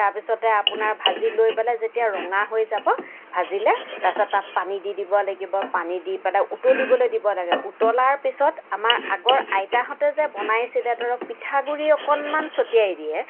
তাৰ পিছতে আপোনাৰ ভাজি লৈ পেলাই যেতিয়া ৰঙা হৈ যাব ভাজিলে তাৰ পিছত তাত পানী দি দিব লাগিব পানী দি পেলাই উতলিবলৈ দিব লাগে উতলাৰ পিছত আমাৰ আগৰ আইতাহঁতে যে বনাইছিলে ধৰক পিঠা গুড়ি অকণমান ছটিয়াই দিয়ে